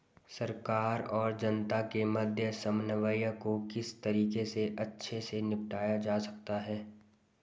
सरकार और जनता के मध्य समन्वय को किस तरीके से अच्छे से निपटाया जा सकता है?